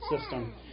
system